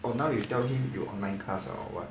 oh now you tell him you online class ah or what